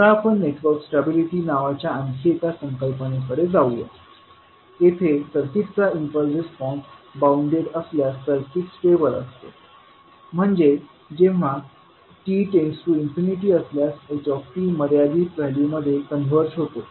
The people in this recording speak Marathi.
आता आपण नेटवर्क स्टॅबिलिटी नावाच्या आणखी एका संकल्पनेकडे जाऊया येथे सर्किटचा इम्पल्स रिस्पॉन्स बाउन्डेड असल्यास सर्किट स्टेबल असते म्हणजे जेव्हा t→∞असल्यास h मर्यादित व्हॅल्यू मध्ये कन्वर्ज होतो